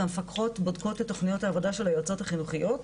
והמפקחות בודקות את תכניות העבודה של היועצות החינוכיות,